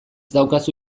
daukazu